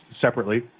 separately